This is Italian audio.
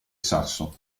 sasso